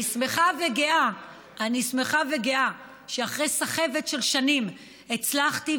אני שמחה וגאה שאחרי סחבת של שנים הצלחתי,